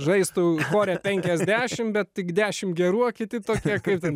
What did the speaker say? žaistų chore penkiasdešimt bet tik dešim gerų a kiti tokie kaip